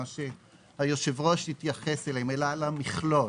שהיושב-ראש התייחס אליהם אלא על המכלול.